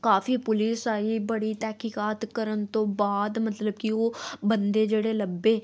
ਕਾਫ਼ੀ ਪੁਲਿਸ ਆਈ ਬੜੀ ਤਹਿਕੀਕਾਤ ਕਰਨ ਤੋਂ ਬਾਅਦ ਮਤਲਬ ਕਿ ਉਹ ਬੰਦੇ ਜਿਹੜੇ ਲੱਭੇ